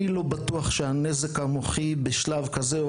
אני לא בטוח שהנזק המוחי בשלב כזה או